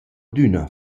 adüna